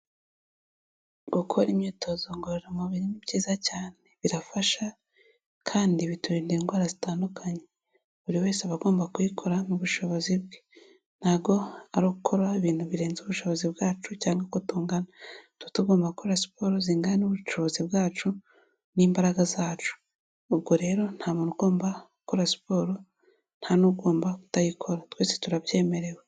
Gukora imyitozo ngororamubiri ni byiza cyane birafasha kandi biturinda indwara zitandukanye, buri wese aba agomba kuyikora mu bushobozi bwe, ntago ari ugukora ibintu birenze ubushobozi bwacu cyangwa uko tungana, tu tugomba gukora siporo zingana n'ubushobozi bwacu n'imbaraga zacu, ubwo rero nta muntu ugomba gukora siporo ntanugomba kutayikora, twese turabyemerewe.